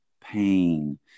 pain